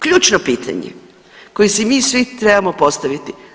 Ključno pitanje koje si mi svi trebamo postaviti.